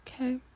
okay